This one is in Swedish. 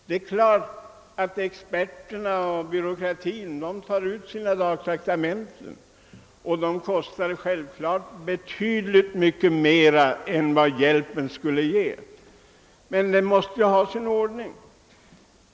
Naturligtvis tar experterna ut sina dagtraktamenten, och byråkratin kostar självfallet betydligt mycket mer än vad hjälpen skulle uppgå till, men byråkratin måste ha sin gång.